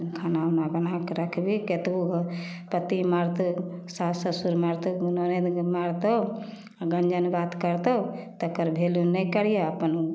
खाना उना बनाके रखबी कतबो घर पति मारतौ सास ससुर मारतौ ननदि जे मारतौ गञ्जन बात करतौ तकर वैल्यू नहि करिहे अप्पन